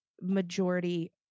majority